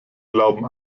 glauben